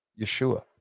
Yeshua